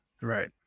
Right